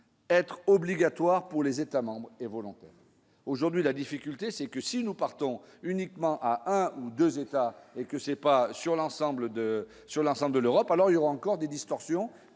être obligatoire pour les États-membres et volontaire, aujourd'hui, la difficulté c'est que si nous partons uniquement à un ou 2 États et que c'est pas sur l'ensemble de sur l'ensemble de l'Europe, alors il y aura encore des distorsions